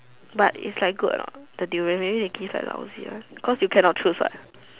but is like good or not the durian maybe they give like lousy one because you cannot choose what